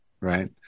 right